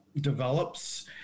develops